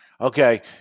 Okay